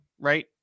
right